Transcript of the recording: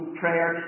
prayer